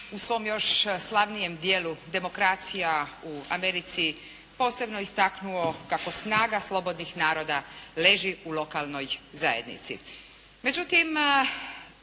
u svom još slavnijem djelu "Demokracija u Americi" posebno istaknuo kako snaga slobodnih naroda leži u lokalnoj zajednici.